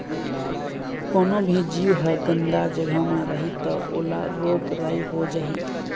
कोनो भी जीव ह गंदा जघा म रही त ओला रोग राई हो जाही